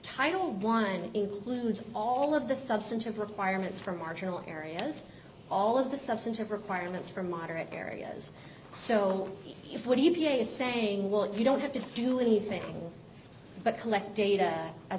title one includes all of the substantive requirements for marginal areas all of the substantive requirements for moderate areas so if what do you v a is saying what you don't have to do anything but collect data as